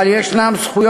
אבל יש זכויות